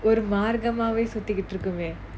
oru maargamaavae suthikittu irukumae